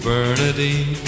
Bernadine